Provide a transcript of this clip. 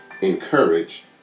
encourage